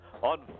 on